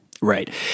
Right